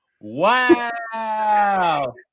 Wow